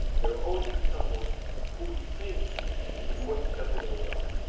there will always be someone who we think is more successful than we are,